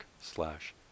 slash